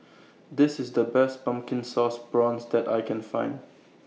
This IS The Best Pumpkin Sauce Prawns that I Can Find